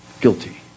Guilty